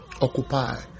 Occupy